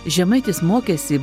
žemaitis mokėsi